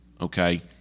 okay